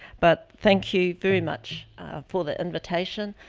but thank you very much for the invitation,